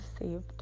saved